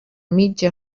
mitja